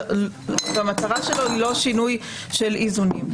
והמטרה שלו היא לא שינוי של איזונים.